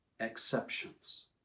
exceptions